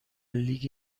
لیگ